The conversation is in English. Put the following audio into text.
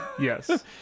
Yes